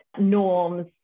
norms